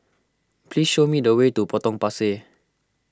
please show me the way to Potong Pasir